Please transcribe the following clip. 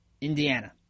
Indiana